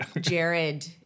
Jared